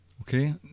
Okay